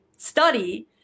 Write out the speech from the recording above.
study